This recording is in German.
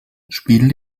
spiel